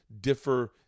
differ